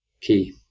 key